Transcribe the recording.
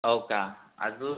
हो का अजून